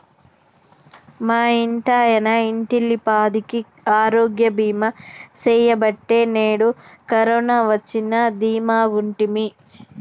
మా ఇంటాయన ఇంటిల్లపాదికి ఆరోగ్య బీమా సెయ్యబట్టే నేడు కరోన వచ్చినా దీమాగుంటిమి